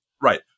Right